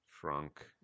Frank